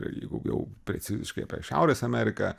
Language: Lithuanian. jeigu jau preciziškai apie šiaurės ameriką